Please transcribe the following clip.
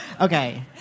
Okay